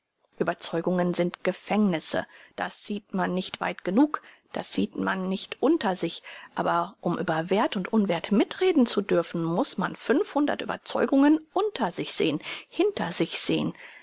überzeugungen sind gefängnisse das sieht nicht weit genug das sieht nicht unter sich aber um über werth und unwerth mitreden zu dürfen muß man fünfhundert überzeugungen unter sich sehn hinter sich sehn